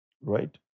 Right